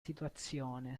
situazione